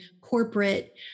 corporate